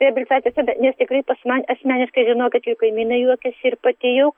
reabilitacijos centrą nes tikrai pas man asmeniškai žinokit jau kaimynai juokiasi ir pati jau